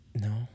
No